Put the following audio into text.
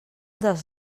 dels